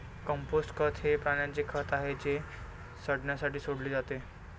compost खत हे प्राण्यांचे खत आहे जे सडण्यासाठी सोडले जाते